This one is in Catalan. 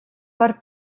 per